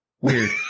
weird